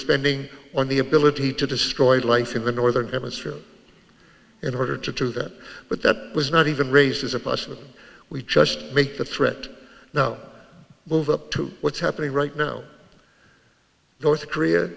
spending on the ability to destroy life in the northern hemisphere in order to do that but that was not even races of us of them we just make the threat now move up to what's happening right now north korea